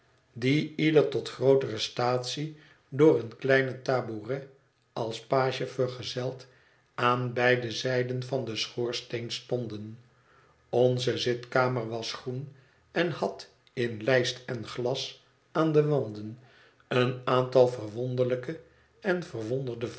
die ieder tot grootere staatsie door een kleinen tabouret als page vergezeld aan beide zijden van den schoorsteen stonden onze zitkamer was groen en had in lijst en glas aan de wanden een aantal verwonderlijke en